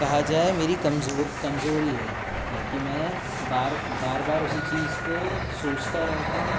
कहा जाए मेरी कमज़ोर कमज़ोरी है है कि मैं बार बार उसी चीज़ को सोचता रहता हूँ